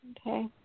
Okay